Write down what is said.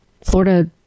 Florida